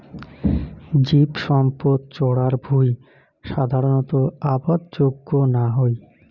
জীবসম্পদ চরার ভুঁই সাধারণত আবাদ যোগ্য না হই